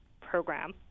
program